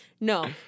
No